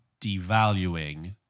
devaluing